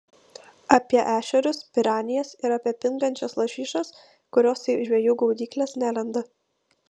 apie ešerius piranijas ir apie pingančias lašišas kurios į žvejų gaudykles nelenda